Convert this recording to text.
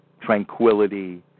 tranquility